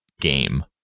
game